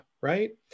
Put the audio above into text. right